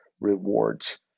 rewards